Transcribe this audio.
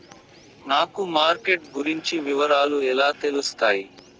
నాకు మార్కెట్ గురించి వివరాలు ఎలా తెలుస్తాయి?